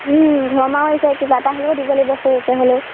ঘৰৰ মাও আহিছে কিবা এটা হ'লেও দিব লাগিব সৰুকৈ হ'লেও